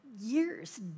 years